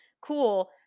cool